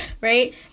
right